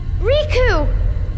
Riku